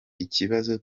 ikibazo